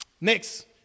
Next